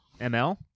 ML